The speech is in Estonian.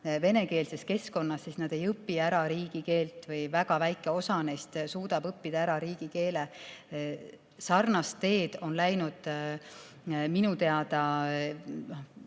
venekeelses keskkonnas, siis nad ei õpi ära riigikeelt või väga väike osa neist suudab õppida ära riigikeele. Sarnast teed on läinud minu teada